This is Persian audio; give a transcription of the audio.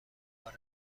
وارد